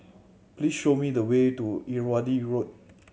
please show me the way to Irrawaddy Road